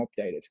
updated